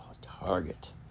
Target